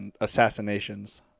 assassinations